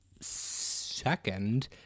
Second